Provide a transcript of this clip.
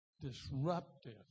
disruptive